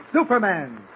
Superman